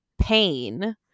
pain